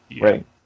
right